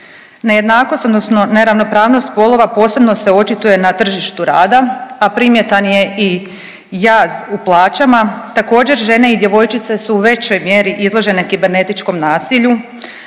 Nejednakost odnosno neravnopravnost spolova posebno se očituje na tržištu rada, a primjetan je i jaz u plaćama, također žene i djevojčice su u većoj mjeri izložene kibernetičkom nasilju.